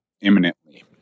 imminently